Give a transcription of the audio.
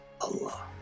Allah